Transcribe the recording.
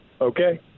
Okay